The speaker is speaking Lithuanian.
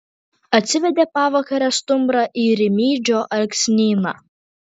atsivedė pavakare stumbrą į rimydžio alksnyną